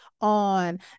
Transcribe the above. on